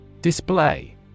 Display